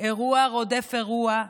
אירוע רודף אירוע,